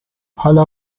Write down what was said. حالا